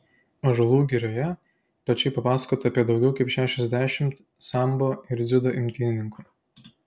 ąžuolų girioje plačiai papasakota apie daugiau kaip šešiasdešimt sambo ir dziudo imtynininkų